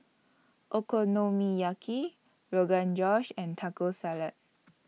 Okonomiyaki Rogan Josh and Taco Salad